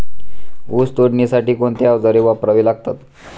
ऊस तोडणीसाठी कोणती अवजारे वापरावी लागतात?